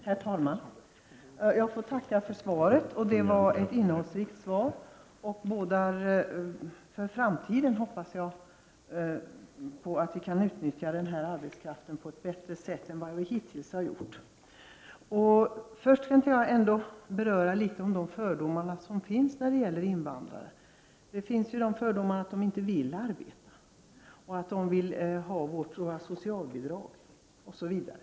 Herr talman! Jag får tacka för svaret. Det var innehållsrikt och innebär för framtiden, hoppas jag, att vi kan utnyttja den här arbetskraften på ett bättre sätt än hittills. Först tänker jag beröra de fördomar som finns när det gäller invandrare. Det finns fördomar om att invandrarna inte vill arbeta och att de vill ha socialbidrag osv.